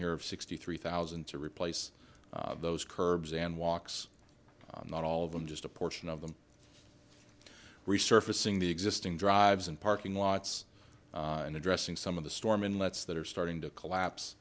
of sixty three thousand to replace those curbs and walks not all of them just a portion of them resurfacing the existing drives and parking lots and addressing some of the storm inlets that are starting to collapse